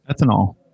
Ethanol